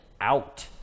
out